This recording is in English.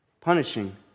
punishing